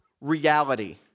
reality